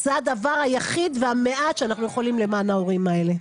זה הדבר היחיד והמעט שאנחנו יכולים למען ההורים האלה.